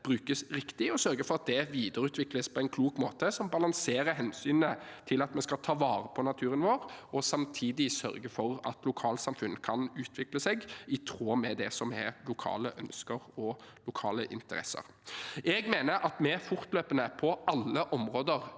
brukes riktig, og sørge for at det videreutvikles på en klok måte som balanserer hensynet til at vi skal ta vare på naturen vår og samtidig sørge for at lokalsamfunn kan utvikle seg i tråd med lokale ønsker og interesser. Jeg mener at vi på alle områder